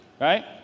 right